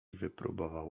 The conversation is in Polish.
wypróbował